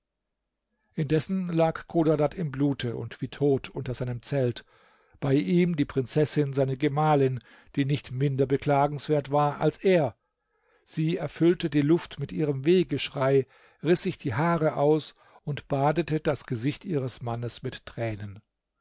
indessen lag chodadad im blute und wie tot unter seinem zelt bei ihm die prinzessin seine gemahlin die nicht minder beklagenswert war als er sie erfüllte die luft mit ihrem wehgeschrei riß sich die haare aus und badete das gesicht ihres mannes mit tränen